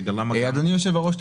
אדוני היושב-ראש,